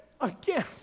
Again